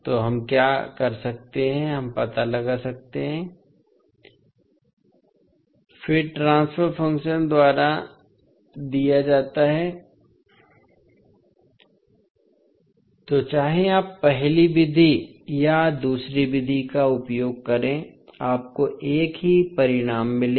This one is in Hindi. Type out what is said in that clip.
तो हम क्या कर सकते हैं हम पता लगा सकते हैं फिर ट्रांसफर फ़ंक्शन द्वारा दिया जाता है तोचाहे आप पहली विधि या दूसरी विधि का उपयोग करें आपको एक ही परिणाम मिलेगा